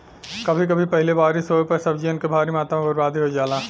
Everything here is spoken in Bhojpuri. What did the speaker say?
कभी कभी पहिले बारिस होये पर सब्जियन क भारी मात्रा में बरबादी हो जाला